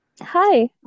hi